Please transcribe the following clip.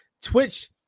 Twitch